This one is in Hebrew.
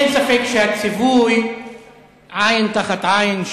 אין ספק שהציווי "עין תחת עין,